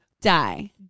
die